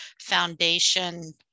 foundation